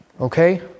Okay